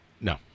No